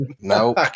Nope